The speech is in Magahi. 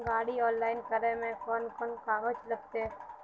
गाड़ी ऑनलाइन करे में कौन कौन कागज लगते?